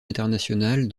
international